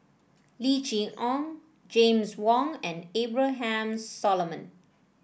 Lim Chee Onn James Wong and Abraham Solomon